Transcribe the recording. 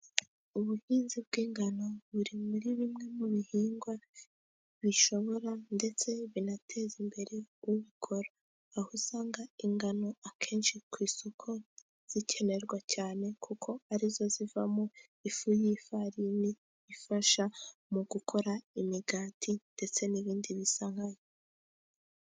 Ubuhinzi bw'ingano buri muri bimwe mu bihingwa bishobora, ndetse binateza imbere ubikora, aho usanga ingano akenshi ku isoko zikenerwa cyane, kuko arizo zivamo ifu y'ifarini ifasha mu gukora imigati, ndetse n'ibindi bisa nka yo.